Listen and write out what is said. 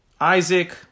Isaac